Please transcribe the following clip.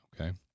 okay